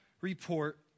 report